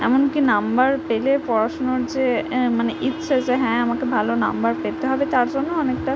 এমনকি নাম্বার পেলে পড়াশুনোর যে মানে ইচ্ছে যে হ্যাঁ আমাকে ভালো নাম্বার পেতে হবে তার জন্য অনেকটা